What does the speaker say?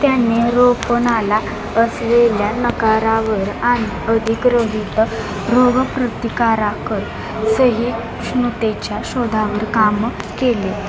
त्यांनी रोपणाला असलेल्या नकारावर आणि अधिग्रहित रोगप्रतिकाराक सहिष्णुतेच्या शोधावर कामं केले